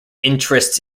interests